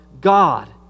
God